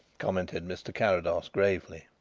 commented mr. carrados gravely.